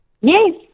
Yes